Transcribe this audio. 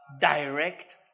direct